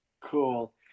cool